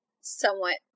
somewhat